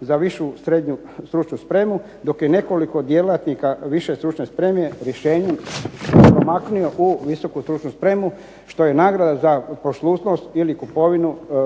za višu srednju stručnu spremu, dok je nekoliko djelatnika više stručne spreme rješenjem …/Ne razumije se./… u visoku stručnu spremu, što je nagrada za poslušnost ili kupovinu …/Ne